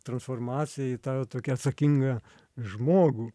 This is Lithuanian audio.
transformacija į tą jau tokį atsakingą žmogų